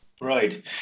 Right